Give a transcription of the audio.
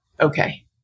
okay